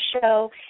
show